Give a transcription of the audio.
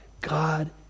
God